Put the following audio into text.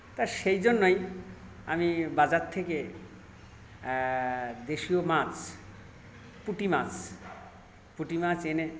তা সেই জন্যই আমি বাজার থেকে দেশীয় মাছ পুঁটি মাছ পুঁটি মাছ এনে